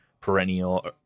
perennial